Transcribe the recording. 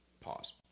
Pause